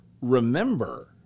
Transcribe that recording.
remember